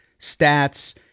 stats